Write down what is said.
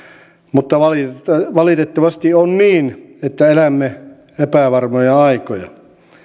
mutta valitettavasti on niin että elämme epävarmoja aikoja